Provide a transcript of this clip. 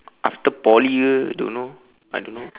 after poly ke don't know I don't know